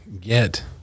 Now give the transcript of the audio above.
get